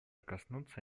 коснуться